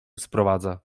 sprowadza